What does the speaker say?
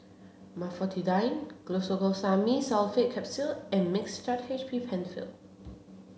Glucosamine Sulfate Capsules and Mixtard H M Penfill